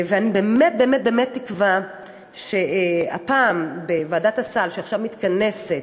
אני באמת באמת באמת מקווה שהפעם בוועדת הסל שעכשיו מתכנסת,